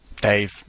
Dave